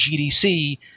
GDC